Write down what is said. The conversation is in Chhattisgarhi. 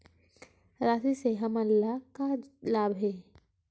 राशि से हमन ला का लाभ हे?